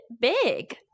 big